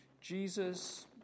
Jesus